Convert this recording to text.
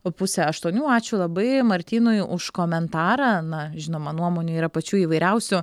pusę aštuonių ačiū labai martynui už komentarą na žinoma nuomonių yra pačių įvairiausių